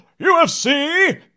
ufc